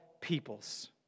peoples